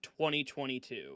2022